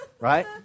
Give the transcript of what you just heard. right